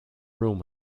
room